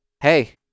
hey